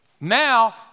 now